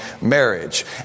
marriage